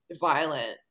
violent